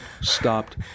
stopped